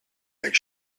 make